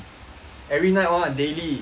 every night [one] daily